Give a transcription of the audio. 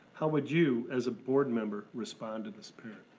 how would you, as a board member, respond to this parent?